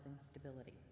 stability